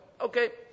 Okay